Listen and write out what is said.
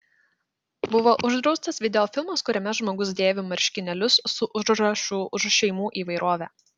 buvo uždraustas videofilmas kuriame žmogus dėvi marškinėlius su užrašu už šeimų įvairovę